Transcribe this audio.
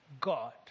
God